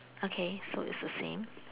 okay so it's the same